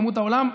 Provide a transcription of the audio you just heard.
ימות העולם,